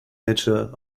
nature